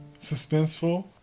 suspenseful